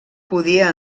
podia